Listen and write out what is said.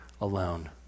alone